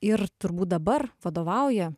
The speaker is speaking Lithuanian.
ir turbūt dabar vadovauja